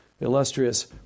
illustrious